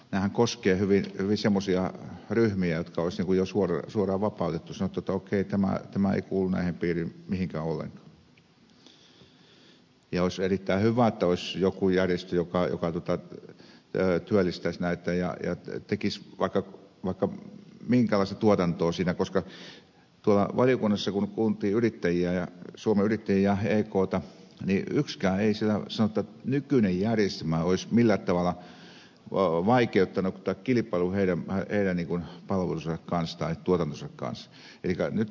nehän koskevat hyvin semmoisia ryhmiä jotka olisi jo suoraan vapautettu sanottu että okei tämä ei kuulu tämän piiriin mihinkään ollenkaan ja olisi erittäin hyvä että olisi joku järjestö joka työllistäisi näitä ja tekisi vaikka minkälaista tuotantoa koska tuolla valiokunnassa kun kuultiin yrittäjiä ja suomen yrittäjiä ja ekta niin yksikään ei sanonut että nykyinen järjestelmä olisi millään tavalla vaikeuttanut tai kilpaillut heidän palvelunsa kanssa tai tuotantonsa kanssa